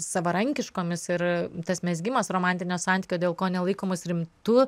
savarankiškomis ir tas mezgimas romantinio santykio dėl ko nelaikomas rimtu